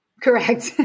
Correct